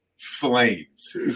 flames